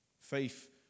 Faith